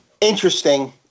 interesting